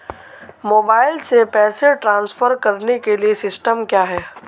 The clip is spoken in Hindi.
मोबाइल से पैसे ट्रांसफर करने के लिए सिस्टम क्या है?